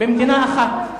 במדינה אחת.